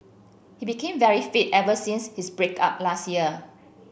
he became very fit ever since his break up last year